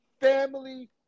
family